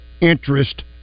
interest